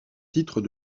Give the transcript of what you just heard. titres